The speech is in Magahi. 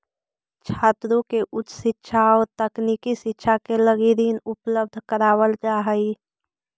छात्रों के उच्च शिक्षा औउर तकनीकी शिक्षा के लगी ऋण उपलब्ध करावल जाऽ हई